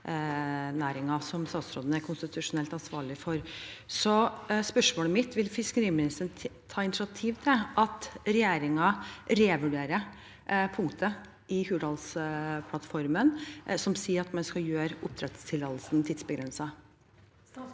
som statsråden er konstitusjonelt ansvarlig for. Spørsmålet mitt er: Vil fiskeriministeren ta initiativ til at regjeringen revurderer punktet i Hurdalsplattformen som sier at man skal gjøre oppdrettstillatelser tidsbegrensede?